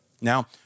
Now